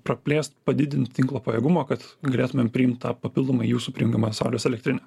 praplėst padidint tinklo pajėgumą kad galėtumėm priimt tą papildomai jūsų prijungiamą saulės elektrinę